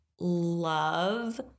love